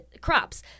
crops